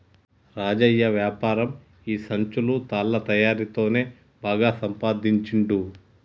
రాజయ్య వ్యాపారం ఈ సంచులు తాళ్ల తయారీ తోనే బాగా సంపాదించుండు